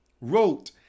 wrote